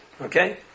Okay